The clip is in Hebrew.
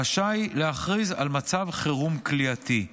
רשאי להכריז על מצב חירום כליאתי,